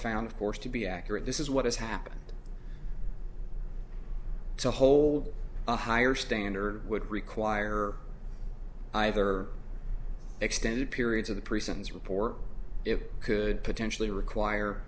found of course to be accurate this is what has happened to hold a higher standard would require either extended periods of the person's report it could potentially require